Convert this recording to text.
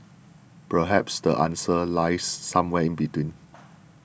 perhaps the answer lies somewhere in between